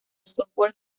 software